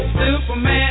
superman